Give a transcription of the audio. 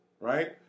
right